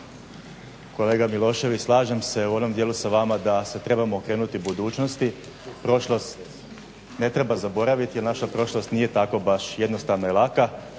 Kolega Milošević, slažem se u onom dijelu sa vama da se trebamo okrenuti budućnosti. Prošlost ne treba zaboraviti, jer naša prošlost nije tako baš jednostavna i laka.